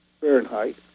Fahrenheit